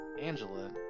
Angela